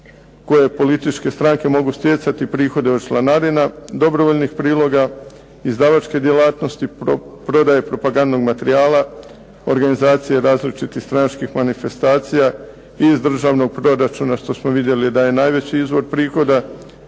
koje političke stranke mogu stjecati prihode od članarina, dobrovoljnih priloga, izdavačke djelatnosti, prodaje propagandnog materijala, organizacije različitih stranačkih manifestacija i iz državnog proračuna što smo vidjeli da je najveći izvor prihoda,